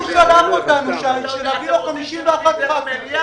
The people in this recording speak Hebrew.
הוא שלח אותנו להביא לו 51 ח"כים.